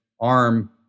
arm